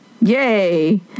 Yay